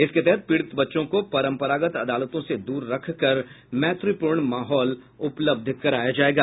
इसके तहत पीड़ित बच्चों को परंपरागत अदालतों से दूर रखकर मैत्रीपूर्ण माहौल उपलब्ध कराया जायेगा